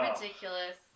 ridiculous